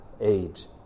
age